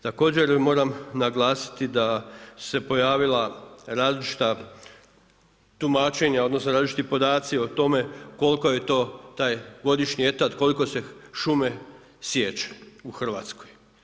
Također moram naglasiti da su se pojavila različita tumačenja, odnosno različiti podaci o tome koliko je to taj godišnji etat, koliko se šume siječe u Hrvatskoj.